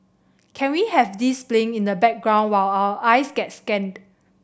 can we have this playing in the background while our eyes get scanned